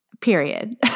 period